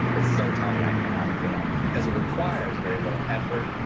it's so tiny i cannot fail, because it requires very little effort,